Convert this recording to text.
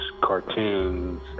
cartoons